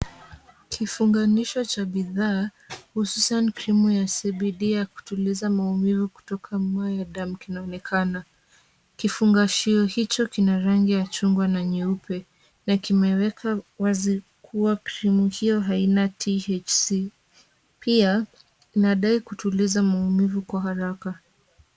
Kifunganisho cha bidhaa hususan krimu ya CBD ya kutuliza maumivu kutoka Myderm kinaonekana. Kifungashio hicho kina rangi ya chungwa na nyeupe na kimeweka wazi kuwa krimu hiyo haina THC , pia inadai kutuliza maumivu kwa haraka.